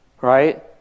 Right